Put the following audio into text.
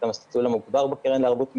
המסלול המוגבר בקרן לערבות מדינה,